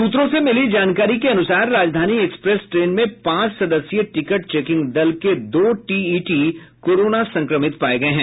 सूत्रों से मिली जानकारी के अनुसार राजधानी एक्सप्रेस ट्रेन में पांच सदस्यीय टिकट चेकिंग दल के दो टीईटी कोरोना संक्रमित पाये गये हैं